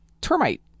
termite